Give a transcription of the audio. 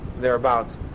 thereabouts